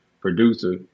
producer